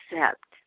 accept